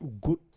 good